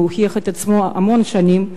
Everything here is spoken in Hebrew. והוא הוכיח את עצמו המון שנים.